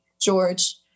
George